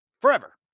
forever